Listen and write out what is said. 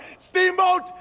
Steamboat